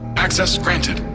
access granted.